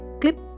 Clip